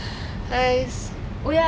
இந்த காலகட்டத்துலே:intha kaalakattathule like